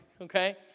okay